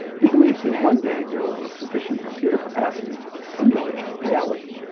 he believes that one day there will be sufficient computer capacity to simulate reality.